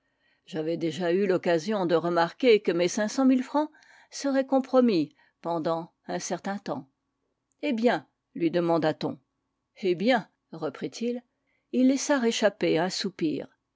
j'avais déjà eu l'occasion de remarquer que mes cinq cent mille francs seraient compromis pendant un certain temps eh bien lui demanda-t-on eh bien reprit-il et il laissa échapper un soupir